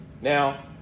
Now